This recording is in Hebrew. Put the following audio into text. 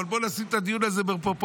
אבל בואו נשים את הדיון הזה בפרופורציה.